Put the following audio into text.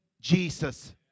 Jesus